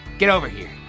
get over here.